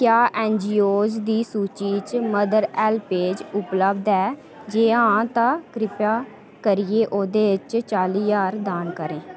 क्या ऐन्नजीओज़ दी सूची च मदर हैल्पेज उपलब्ध ऐ जे हां तां कृपा करियै ओह्दे च चाली ज्हार दान करो